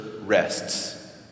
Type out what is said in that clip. rests